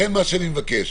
לכן מה שאני מבקש,